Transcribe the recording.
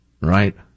Right